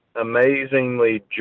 amazingly